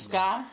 Sky